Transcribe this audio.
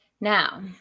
Now